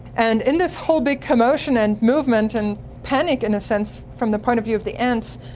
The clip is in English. and in this whole big commotion and movement and panic, in a sense, from the point of view of the ants,